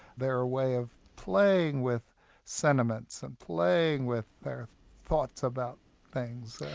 they're a way of playing with sentiments, and playing with their thoughts about things.